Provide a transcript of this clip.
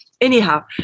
anyhow